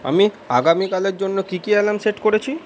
আমি আগামীকালের জন্য কী কী অ্যালার্ম সেট করেছি